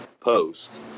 post